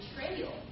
betrayal